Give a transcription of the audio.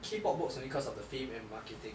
K pop works only cause of the fame and marketing